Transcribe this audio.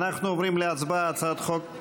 אנחנו עוברים להצבעה על הצעת החוק,